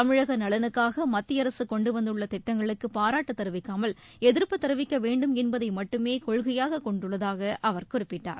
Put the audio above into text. தமிழக நலனுக்காக மத்திய அரசு கொண்டு வந்துள்ள திட்டங்களுக்கு பாராட்டு தெரிவிக்காமல் எதிர்ப்பு தெரிவிக்க வேண்டும் என்பதை மட்டுமே கொள்கையாக கொண்டுள்ளதாக அவா குறிப்பிட்டார்